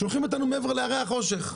שולחים אותנו אל מעבר להרי החושך.